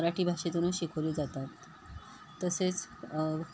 मराठी भाषेतूनंच शिकवले जातात तसेच